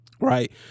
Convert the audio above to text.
Right